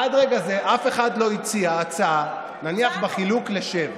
עד רגע זה אף אחד לא הציע הצעה, נניח בחילוק ל-7.